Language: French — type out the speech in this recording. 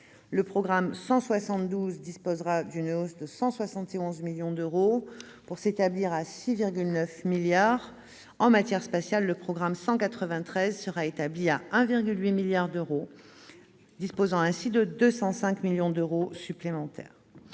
Le programme 172 disposera d'une hausse de 171 millions d'euros pour s'établir à 6,9 milliards d'euros. En matière spatiale, le programme 193 sera établi à 1,8 milliard d'euros, en hausse de 205 millions d'euros.